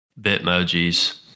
bitmojis